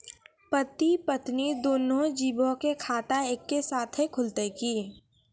पति पत्नी दुनहु जीबो के खाता एक्के साथै खुलते की?